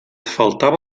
faltava